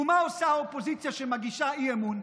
ומה עושה האופוזיציה, שמגישה אי-אמון?